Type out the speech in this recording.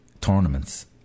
tournaments